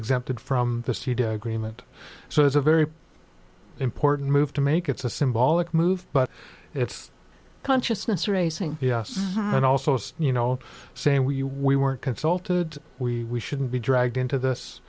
exempted from the studio agreement so it's a very important move to make it's a symbolic move but it's consciousness raising yes and also you know saying we we weren't consulted we shouldn't be dragged into this